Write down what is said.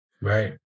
Right